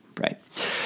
Right